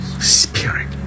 Spirit